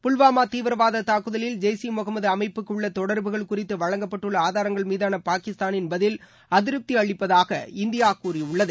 புல்வாமா தீவிரவாத தாக்குதலில் ஜெய்ஸ் இ முகமது அமைப்புக்கு உள்ள தொடர்புகள் குறித்து வழங்கப்பட்டுள்ள ஆதாரங்கள் மீதான பாகிஸ்தானின் பதில் அதிருப்தி அளிப்பதாக இந்தியா கூறியுள்ளது